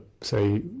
say